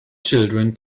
children